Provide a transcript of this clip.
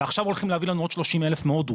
ועכשיו הולכים להביא לנו עוד 30,000 מהודו.